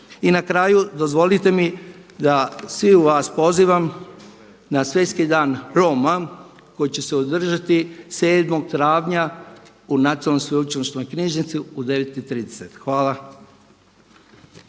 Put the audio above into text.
I na kraju dozvolite mi da sve vas pozovem na Svjetski dan Roma koji će se održati 7. travnja u Nacionalnoj Sveučilišnoj Knjižnici u 9,30. Hvala.